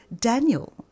Daniel